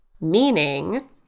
meaning